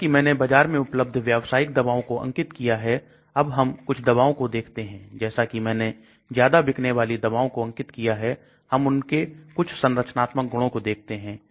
जैसा कि मैंने बाजार में उपलब्ध व्यवसायिक दवाओं को अंकित किया हैअब हम कुछ दवाओं को देखते हैं जैसा कि मैंने ज्यादा बिकने वाली दवाओं को अंकित किया है हम उनके कुछ संरचनात्मक गुणों को देखते हैं